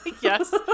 Yes